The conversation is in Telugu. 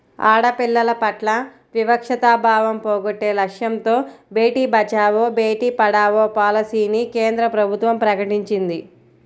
ఆడపిల్లల పట్ల వివక్షతా భావం పోగొట్టే లక్ష్యంతో బేటీ బచావో, బేటీ పడావో పాలసీని కేంద్ర ప్రభుత్వం ప్రకటించింది